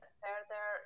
further